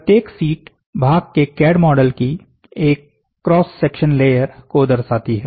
प्रत्येक शीट भाग के कैड मॉडल की एक क्रॉस सेक्शन लेयर को दर्शाती है